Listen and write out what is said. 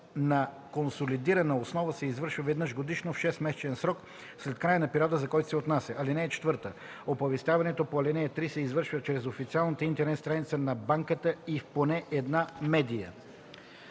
на консолидирана основа се извършва веднъж годишно в 6-месечен срок след края на периода, за който се отнася. (4) Оповестяването по ал. 3 се извършва чрез официалната интернет страница на банката и в поне една медия.